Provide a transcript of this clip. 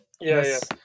Yes